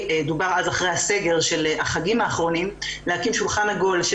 אז דובר על אחרי הסגר של החגים האחרונים להקים שולחן עגול של